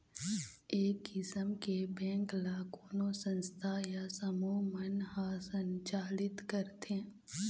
ए किसम के बेंक ल कोनो संस्था या समूह मन ह संचालित करथे